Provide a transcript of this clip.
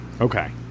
Okay